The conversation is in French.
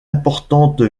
importante